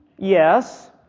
Yes